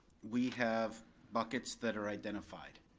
we have buckets that are identified.